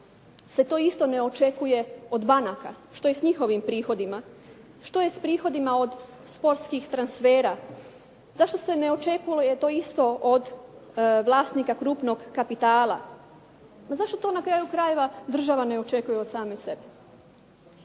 se to isto ne očekuje od banaka? Što je s njihovim prihodima? Što je s prihodima od sportskih transfera? Zašto se ne očekuje to isto od vlasnika krupnog kapitala? Zašto to na kraju krajeva država ne očekuje od same sebe?